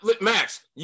Max